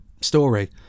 story